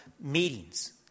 meetings